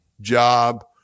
job